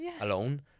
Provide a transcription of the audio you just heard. alone